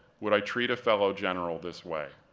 would i treat a fellow general this way?